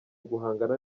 guhangana